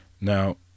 now